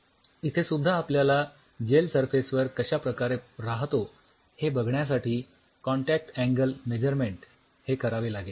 इथेसुद्धा आपल्याला gel surface वर कश्या प्रकारे राहतो हे बघण्यासाठी कॉन्टॅक्ट अँगल मेझरमेन्ट हे करावे लागेल